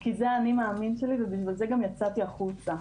כי זה האני מאמין שלי ובגלל זה גם יצאתי החוצה.